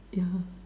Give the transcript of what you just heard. yeah